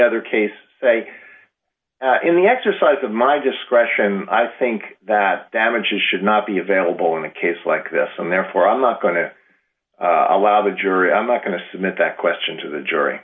other case say in the exercise of my discretion i think that damages should not be available in a case like this and therefore i'm not going to allow the jury i'm not going to submit that question to the jury